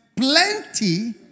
plenty